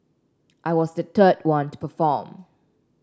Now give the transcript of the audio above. I was the third one to perform